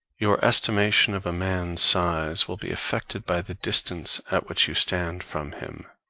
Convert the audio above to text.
your estimation of a man's size will be affected by the distance at which you stand from him,